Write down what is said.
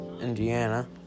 Indiana